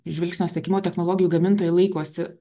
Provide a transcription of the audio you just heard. žvilgsnio sekimo technologijų gamintojai laikosi